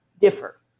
differ